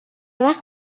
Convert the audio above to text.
وقت